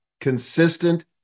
consistent